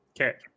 Okay